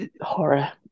horror